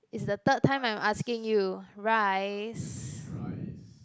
it's the third time I'm asking you rice